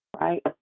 Right